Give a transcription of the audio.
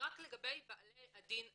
רק לגבי בעלי הדין עצמם.